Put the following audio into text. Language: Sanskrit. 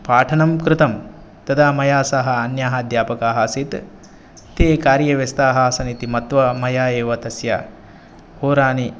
पाठनं कृतं तदा मया सह अन्यः अध्यापकः आसीत् ते कार्यव्यस्ताः आसन् इति मत्वा मया एव तस्य होरानि